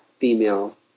female